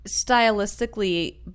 Stylistically